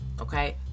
Okay